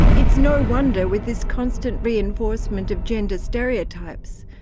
it's no wonder, with this constant reinforcement of gender stereotypes,